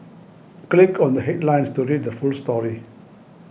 click on the headlines to read the full story